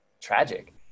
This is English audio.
tragic